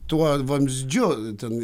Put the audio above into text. tuo vamzdžiu ten